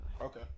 Okay